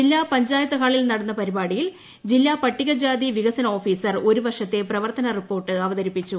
ജില്ലാ പഞ്ചായത്ത് ഹാളിൽ നടന്ന പരിപാടിയിൽ ജില്ലാൻ പട്ടികജാതി വികസന ഓഫീസർ ഒരു വർഷത്തെ പ്രവർത്തന് റിപ്പോർട്ട് അവതരിപ്പിച്ചു